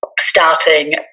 starting